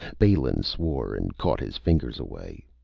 balin swore, and caught his fingers away.